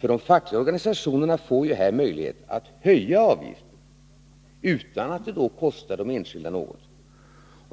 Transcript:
De fackliga organisationerna får möjlighet att höja avgiften utan att det kostar de enskilda något.